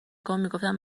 کن، میگفتم